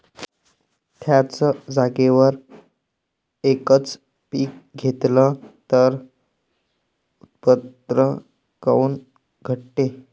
थ्याच जागेवर यकच पीक घेतलं त उत्पन्न काऊन घटते?